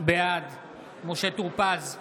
בעד משה טור פז,